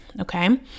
okay